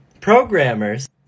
Programmers